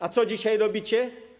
A co dzisiaj robicie?